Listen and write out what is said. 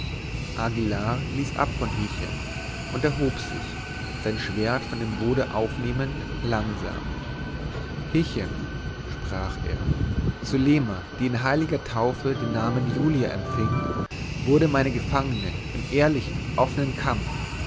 aguillar ließ ab von hichem und erhob sich sein schwert von dem boden aufnehmend langsam hichem sprach er zulema die in heiliger taufe den namen julia empfing wurde meine gefangene im ehrlichen offenen kampf